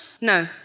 No